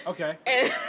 Okay